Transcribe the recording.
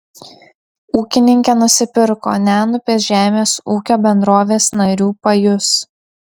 ūkininkė nusipirko nenupės žemės ūkio bendrovės narių pajus